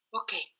Okay